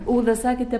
ula sakėte